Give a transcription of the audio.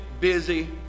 busy